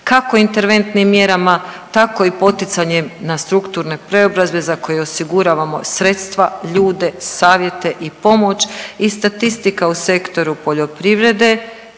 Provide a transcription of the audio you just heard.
kako interventnim mjerama, tako i poticanjem na strukturne preobrazbe za koje osiguravamo sredstva, ljude, savjete i pomoć. I statistika u Sektoru poljoprivrede,